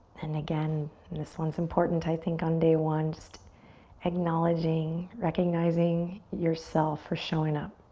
and again, and this one's important, i think, on day one, just acknowledging, recognizing yourself for showing up.